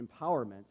empowerment